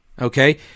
Okay